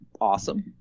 awesome